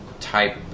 type